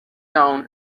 down